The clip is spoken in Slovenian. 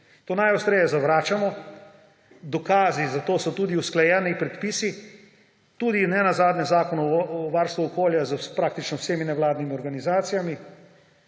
To najostreje zavračamo. Dokazi za to so tudi usklajeni predpisi, tudi nenazadnje Zakon o varstvu okolja s praktično vsemi nevladnimi organizacijami